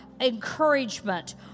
encouragement